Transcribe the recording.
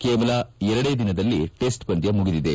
ಕೇವಲ ಎರಡನೇ ದಿನದಲ್ಲಿ ಟೆಸ್ಟ್ ಪಂದ್ಯ ಮುಗಿದಿದೆ